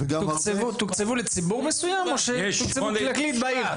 תוקצבו לציבור מסוים או שתוקצבו כללית בעיר?